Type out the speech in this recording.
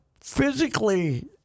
physically